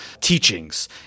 teachings